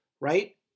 right